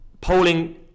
Polling